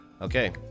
Okay